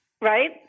Right